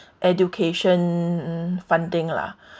education funding lah